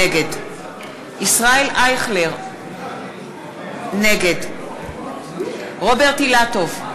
נגד ישראל אייכלר, נגד רוברט אילטוב,